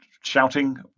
shouting